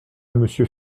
monsieur